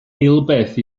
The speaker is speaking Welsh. eilbeth